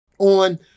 On